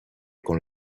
con